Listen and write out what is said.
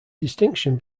distinction